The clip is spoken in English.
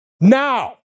Now